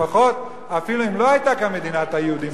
לפחות אפילו אם לא היתה כאן מדינת היהודים,